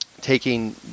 taking